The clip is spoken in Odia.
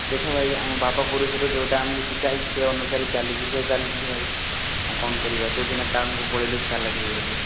ଦେଖ ଭାଇ ଆମ ବାପ ପୁରୁଷରୁ ଯେଉଁଟା ଆମକୁ ଶିଖା ହେଇଛି ସେ ଅନୁସାରେ ଚାଲିଛି ତ ଚାଲିଛି ଭାଇ ଆଉ କ'ଣ କରିବା ତୁ ସିନା ଟାଉନକୁ ପଳାଇଲୁ ଚାଲାକ୍ ହେଇଗଲୁ